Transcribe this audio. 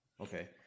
okay